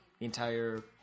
entire